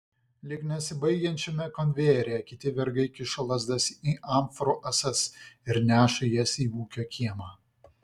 lyg nesibaigiančiame konvejeryje kiti vergai kiša lazdas į amforų ąsas ir neša jas į ūkio kiemą